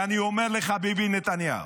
ואני אומר לך, ביבי נתניהו